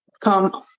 come